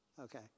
okay